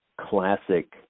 classic